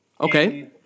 Okay